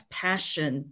passion